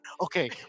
okay